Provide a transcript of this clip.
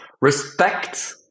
Respect